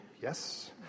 yes